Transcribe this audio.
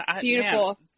Beautiful